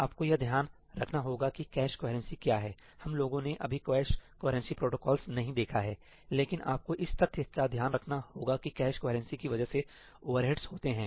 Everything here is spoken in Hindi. आपको यह ध्यान रखना होगा की कैश कोहेरेंसी क्या है हम लोगों ने अभी कैश कोहेरेंसी प्रोटोकॉल्स नहीं देखा है लेकिन आपको इस तथ्य का ध्यान रखना होगा कि कैश कोहेरेंसी की वजह से ओवरहेड्स होते है